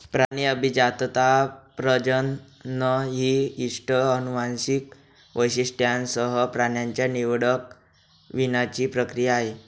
प्राणी अभिजातता, प्रजनन ही इष्ट अनुवांशिक वैशिष्ट्यांसह प्राण्यांच्या निवडक वीणाची प्रक्रिया आहे